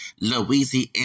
Louisiana